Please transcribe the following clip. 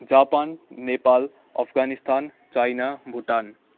Japan Nepal Afghanistan China Bhutan